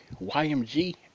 YMG